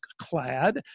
clad